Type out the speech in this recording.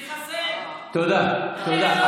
תודה, תודה.